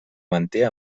manté